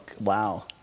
wow